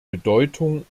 bedeutung